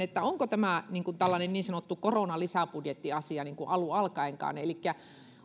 sen suhteen onko tämä tällainen niin sanottu koronalisäbudjettiasia alun alkaenkaan elikkä